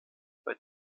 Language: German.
bei